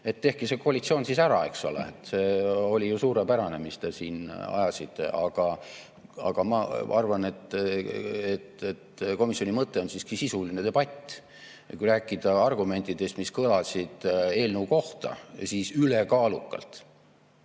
et tehke see koalitsioon siis ära, eks ole. See oli ju suurepärane, mis te siin ajasite. Aga ma arvan, et komisjoni mõte on siiski sisuline debatt. Ja kui rääkida argumentidest, mis kõlasid eelnõu kohta, siis ülekaalukalt